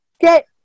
get